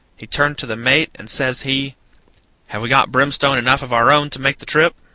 he turned to the mate, and says he have we got brimstone enough of our own to make the trip?